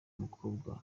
umukobwa